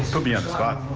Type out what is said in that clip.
put me on the spot,